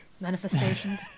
manifestations